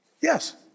Yes